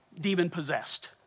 demon-possessed